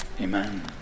Amen